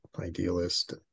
idealist